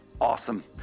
Awesome